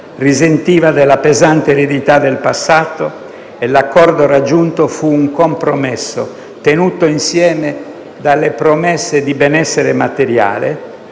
risentiva della pesante eredità del passato e l'accordo raggiunto fu un compromesso, tenuto insieme dalle promesse di benessere materiale